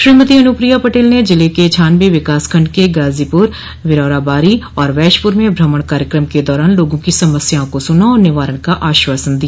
श्रीमती अनुप्रिया पटेल ने जिले के छानबे विकास खंड के गाजीपुर विरौराबारी और वैशपुर में भ्रमण कार्यक्रम के दौरान लोगों की समस्याओं को सुना और निवारण का आश्वासन दिया